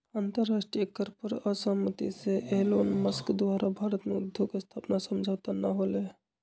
अंतरराष्ट्रीय कर पर असहमति से एलोनमस्क द्वारा भारत में उद्योग स्थापना समझौता न होलय